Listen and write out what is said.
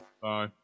Bye